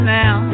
now